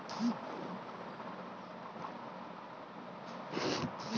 plant fibre হছে গাহাচ থ্যাইকে পাউয়া তল্তু ফল যেটর ম্যালা উপকরল আসে